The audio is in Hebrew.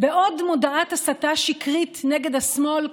בעוד מודעת הסתה שקרית נגד השמאל,